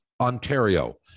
Ontario